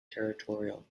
territorial